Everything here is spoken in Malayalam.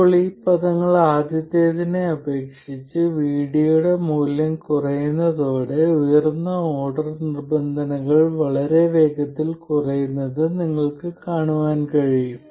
ഇപ്പോൾ ഈ പദങ്ങൾ ആദ്യത്തേതിനെ അപേക്ഷിച്ച് VD യുടെ മൂല്യം കുറയുന്നതോടെ ഉയർന്ന ഓർഡർ നിബന്ധനകൾ വളരെ വേഗത്തിൽ കുറയുന്നത് നിങ്ങൾക്ക് കാണാൻ കഴിയും